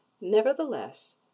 Nevertheless